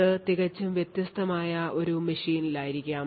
അത് തികച്ചും വ്യത്യസ്തമായ ഒരു മെഷീനിലായിരിക്കാം